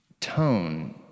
tone